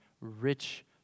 rich